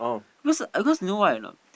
because because you know why a not